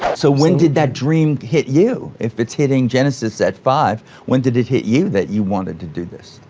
so when did that dream hit you? if it's hitting genesis at five when did it hit you that you wanted to do this?